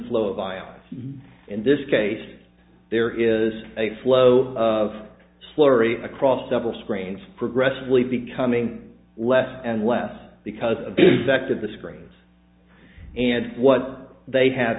flow of violence in this case there is a flow of slurry across several screens progressively becoming less and less because of the back to the screens and what they have